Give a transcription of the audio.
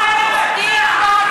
אדוני היושב-ראש,